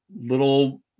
little